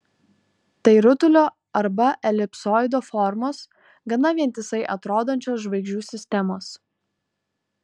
tai rutulio arba elipsoido formos gana vientisai atrodančios žvaigždžių sistemos